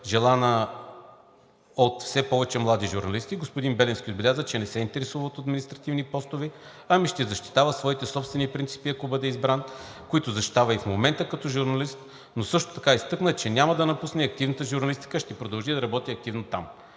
желана от все повече млади журналисти. Господин Беленски отбеляза, че не се интересува от административни постове, ами ще защитава своите собствени принципи, ако бъде избран, които защитава и в момента като журналист, но и също така изтъкна, че няма да напусне активната журналистика, ами ще продължи да работи активно там.